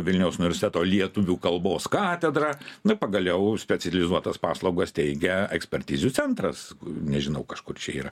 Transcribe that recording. vilniaus universiteto lietuvių kalbos katedrą na pagaliau specializuotas paslaugas teigia ekspertizių centras nežinau kažkur čia yra